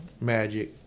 Magic